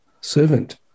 servant